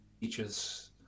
teachers